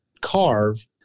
carve